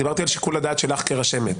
דיברתי על שיקול הדעת שלך כרשמת.